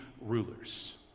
rulers